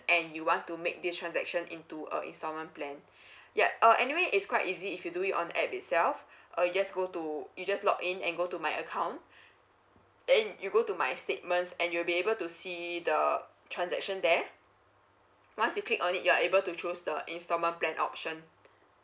and you want to make this transaction into uh installment plan yup uh anyway it's quite easy if you do it on the app itself or you just go to you just log in and go to my account then you go to my statements and you'll be able to see the transaction there once you click on it you are able to choose the installment plan option